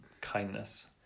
kindness